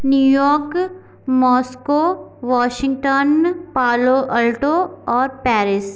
New York Moscow Washington Palo Alto और Paris